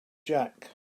jack